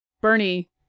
Bernie